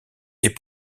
est